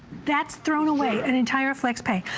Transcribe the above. that is thrown away, and entire flexpay.